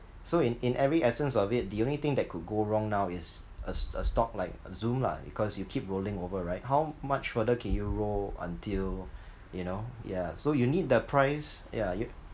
so in in every essence of it the only thing that could go wrong now is a a stock like Zoom lah cause you keep rolling over right how much further can you roll until you know yeah so you need the price ya you